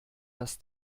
das